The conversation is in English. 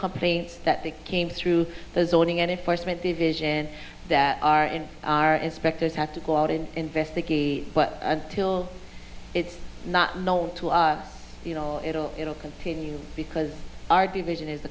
complaints that they came through those ordering enforcement division that are in our inspectors have to go out and investigate but until it's not known it'll it'll continue because our division is